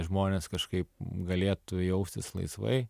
žmonės kažkaip galėtų jaustis laisvai